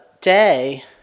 day